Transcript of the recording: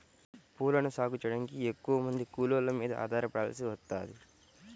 పూలను సాగు చెయ్యడానికి ఎక్కువమంది కూలోళ్ళ మీద ఆధారపడాల్సి వత్తది